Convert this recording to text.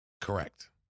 Correct